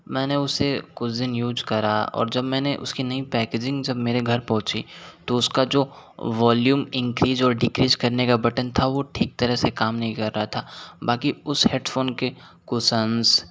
मैंने उसे कुछ दिन यूज़ करा और जब मैंने उसकी नयी पैकेजिंग जब मेरे घर पहुँची तो उसका जो वॉल्यूम इंक्रीज़ और डिक्रीज करने का बटन था वह ठीक तरह से काम नहीं कर रहा था बाकी उस हेडफ़ोन के कुशन्स